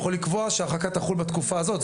הוא יכול לקבוע שההרחקה תחול בתקופה הזו.